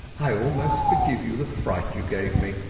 i almost forgive you the fright you gave me!